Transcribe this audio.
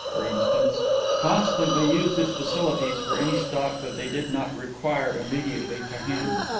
for instance constantly used its facilities for any stock that they did not requite immediately to hand.